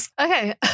Okay